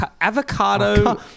avocado